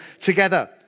together